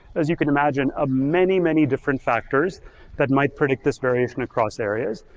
as you can imagine, ah many, many different factors that might predict this variation across areas.